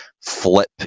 flip